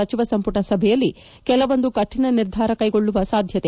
ಸಚಿವ ಸಂಪುಟ ಸಭೆಯಲ್ಲಿ ಕೆಲವೊಂದು ಕಠಿಣ ನಿರ್ಧಾರ ಕೈಗೊಳ್ಳುವ ಸಾಧ್ಯತೆ